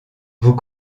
vous